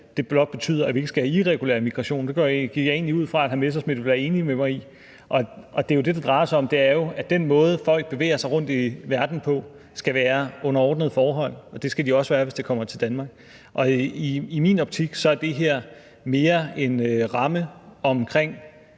der blot betyder, at vi ikke skal have irregulær migration. Det gik jeg egentlig ud fra at hr. Morten Messerschmidt ville være enig med mig i. Og det er jo det, det drejer sig om. Det drejer sig jo om, at den måde, folk bevæger sig rundt i verden på, skal være under ordnede forhold, og det skal det også være, hvis det kommer til Danmark. I min optik er det her mere en ramme omkring